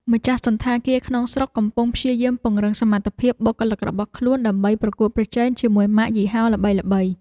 ម្ចាស់សណ្ឋាគារក្នុងស្រុកកំពុងព្យាយាមពង្រឹងសមត្ថភាពបុគ្គលិករបស់ខ្លួន ដើម្បីប្រកួតប្រជែងជាមួយម៉ាកយីហោល្បីៗ។